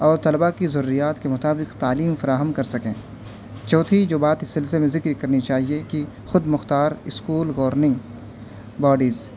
اور طلبہ کی ضروریات کے مطابق تعلیم فراہم کر سکیں چوتھی جو بات اس سلسلے میں ذکر کرنی چاہیے کہ خود مختار اسکول گورننگ باڈیز